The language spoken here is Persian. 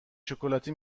شکلاتی